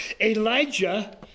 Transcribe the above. elijah